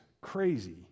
crazy